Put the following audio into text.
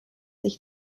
sich